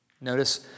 Notice